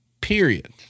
Period